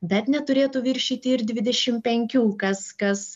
bet neturėtų viršyti ir dvidešim penkių kas kas